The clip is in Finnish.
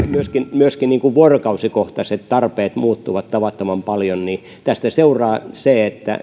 myöskin myöskin vuorokausikohtaiset tarpeet muuttuvat tavattoman paljon niin tästä seuraa se että